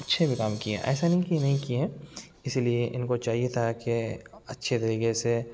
اچھے بھی کام کیے ایسا نہیں کہ نہیں کیے ہیں اسی لیے ان کو چاہیے تھا کہ اچھے طریقے سے